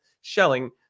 shelling